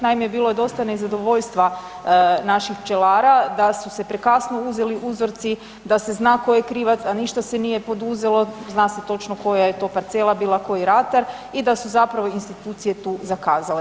Naime, bilo je dosta nezadovoljstva naših pčelara da su se prekasno uzeli uzorci, da se zna tko je krivac, a ništa se nije poduzelo, zna se točno koja je parcela bila, koji ratar i da su zapravo institucije tu zakazale.